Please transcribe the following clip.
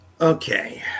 Okay